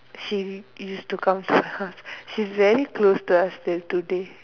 she used to come to my house she's very close to us till today